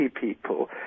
people